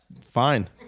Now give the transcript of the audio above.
fine